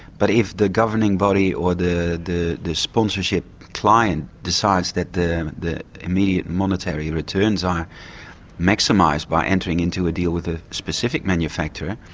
but if the governing body or the the sponsorship client decides that the the immediate monetary returns are maximised by entering into a deal with a specific manufacturer,